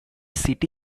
city